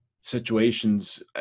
situations